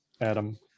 Adam